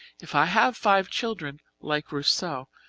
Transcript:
if i have five children, like rousseau,